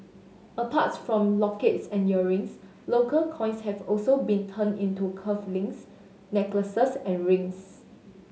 apart from lockets and earrings local coins have also been turned into cuff links necklaces and rings